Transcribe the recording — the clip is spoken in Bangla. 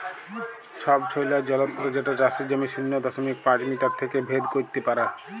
ছবছৈলর যলত্র যেট চাষের জমির শূন্য দশমিক পাঁচ মিটার থ্যাইকে ভেদ ক্যইরতে পারে